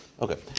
Okay